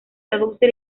traduce